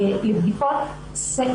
לבדיקות סקר,